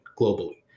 globally